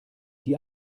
die